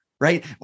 Right